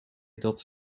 dat